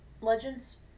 Legends